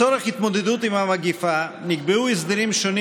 הסתייגות 13,